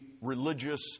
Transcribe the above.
religious